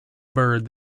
bird